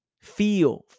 Feel